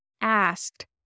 asked